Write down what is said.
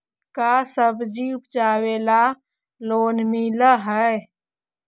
का सब्जी उपजाबेला लोन मिलै हई?